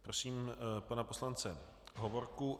Prosím pana poslance Hovorku.